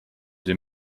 des